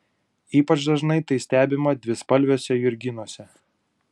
ypač dažnai tai stebima dvispalviuose jurginuose